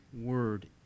word